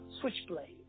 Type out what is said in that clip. switchblade